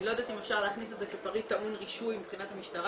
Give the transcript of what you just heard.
אני לא יודעת אם אפשר להכניס את זה כפריט טעון רישוי מבחינת המשטרה,